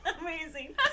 Amazing